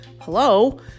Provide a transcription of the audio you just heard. hello